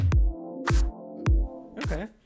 Okay